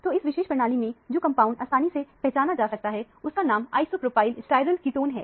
तो इस विशेष प्रणाली में जो कंपाउंड आसानी से पहचाना जा सकता है उसका नाम आइसोप्रोपाइल स्टाइरिल कीटोन है